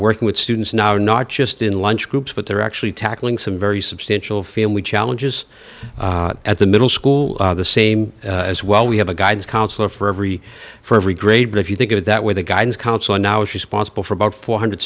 working with students now not just in the lunch groups but they're actually tackling some very substantial family challenges at the middle school the same as well we have a guidance counselor for every for every grade but if you think of it that way the guidance counselor now is responsible for about four hundred